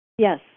Yes